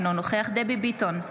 אינו נוכח דבי ביטון,